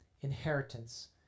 inheritance